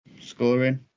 scoring